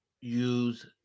use